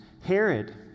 Herod